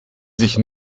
sich